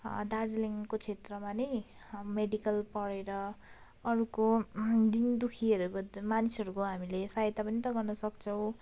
दार्जिलिङको क्षेत्रमा नै मेडिकल पढेर अरूको दीन दुःखीहरूको मानिसहरूको हामीले सहायता पनि त गर्न सक्छौँ